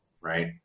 right